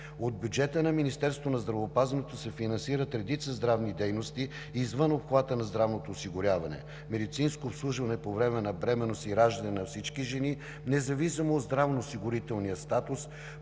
От бюджета на Министерството на здравеопазването се финансират редица здравни дейности извън обхвата на здравното осигуряване – медицинско обслужване по време на бременност и раждане за всички жени, независимо от здравноосигурителния статус,